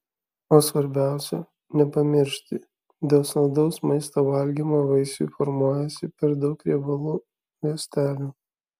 o svarbiausia nepamiršti dėl saldaus maisto valgymo vaisiui formuojasi per daug riebalų ląstelių